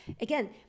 again